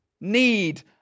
need